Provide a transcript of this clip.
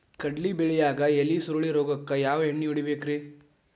ಕಡ್ಲಿ ಬೆಳಿಯಾಗ ಎಲಿ ಸುರುಳಿ ರೋಗಕ್ಕ ಯಾವ ಎಣ್ಣಿ ಹೊಡಿಬೇಕ್ರೇ?